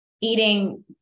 eating